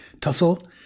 Tussle